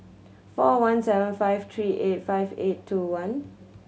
four one seven five three eight five eight two one